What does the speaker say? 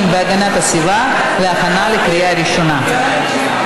והגנת הסביבה להכנה לקריאה ראשונה.